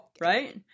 Right